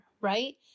right